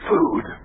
Food